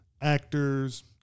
actors